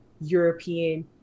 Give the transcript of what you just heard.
European